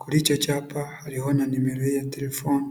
kuri icyo cyapa hariho na nimero ya telefone.